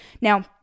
Now